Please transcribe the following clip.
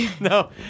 no